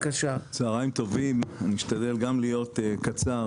ולא קיבלתי.